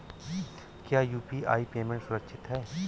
क्या UPI payment सुरक्षित है?